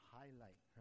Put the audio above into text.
highlight